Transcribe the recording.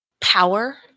power